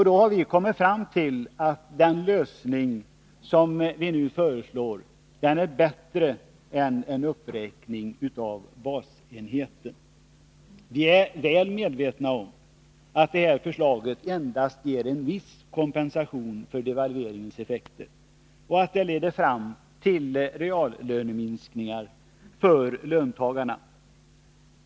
Då har vi kommit fram till att den lösning vi föreslår är bättre än en uppräkning av basenheten. Vi är väl medvetna om att det här förslaget endast ger en viss kompensation för devalveringens effekter och att det leder fram till reallöneminskningar för löntagarna.